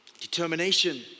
Determination